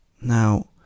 Now